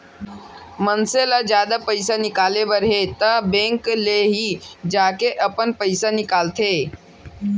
मनसे ल जादा पइसा निकाले बर हे त बेंक ले ही जाके अपन पइसा निकालंथे